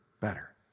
better